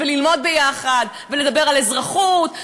ללמוד ביחד ולדבר על אזרחות,